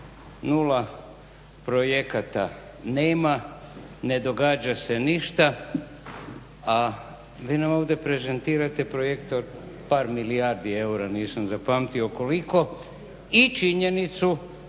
0 projekata nema, ne događa se ništa, a vi nam ovdje prezentirate projekte od par milijardi eura, nisam zapamtio koliko, i činjenicu